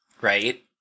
right